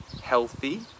healthy